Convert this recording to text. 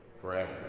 forever